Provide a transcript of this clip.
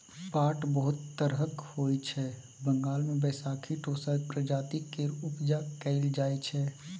पाट बहुत तरहक होइ छै बंगाल मे बैशाखी टोसा प्रजाति केर उपजा कएल जाइ छै